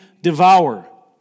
devour